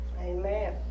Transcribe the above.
Amen